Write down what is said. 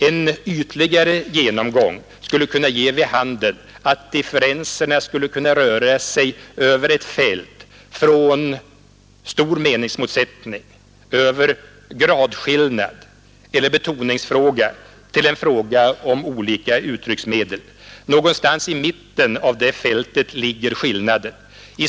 En ytligare genomgång skulle kunna ge vid handen att differenserna skulle kunna röra sig över ett fält från ”stor meningsmotsättning” över ”gradskillnad” eller ”betoningsfråga” till ”en fråga om olika uttrycksmedel”. Någonstans i mitten av det fältet ligger skillnaden.